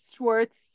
Schwartz